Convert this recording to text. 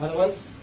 but was